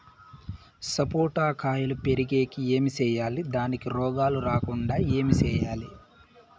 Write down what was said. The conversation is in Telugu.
సపోట కాయలు పెరిగేకి ఏమి సేయాలి దానికి రోగాలు రాకుండా ఏమి సేయాలి?